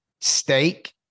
Steak